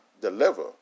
deliver